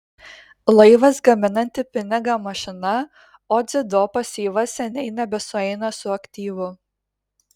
laivas gaminanti pinigą mašina o dzido pasyvas seniai nebesueina su aktyvu